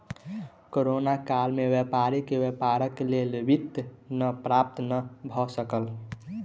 corona काल में व्यापारी के व्यापारक लेल वित्त नै प्राप्त भ सकल